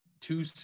two